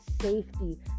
safety